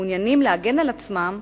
שמעוניינים להגן על עצמם,